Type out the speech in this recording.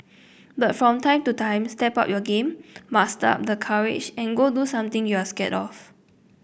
but from time to time step up your game muster up the courage and go do something you're scared of